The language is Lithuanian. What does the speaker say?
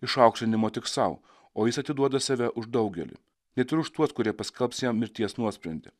išaukštinimo tik sau o jis atiduoda save už daugelį net ir už tuos kurie paskelbs jam mirties nuosprendį